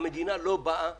שהמדינה לא באה